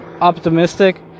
optimistic